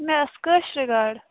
مےٚ ٲسۍ کٲشرِ گاڈٕ